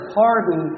pardon